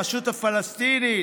הרשות הפלסטינית,